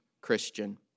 Christian